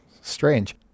strange